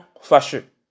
fâcheux